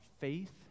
faith